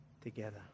together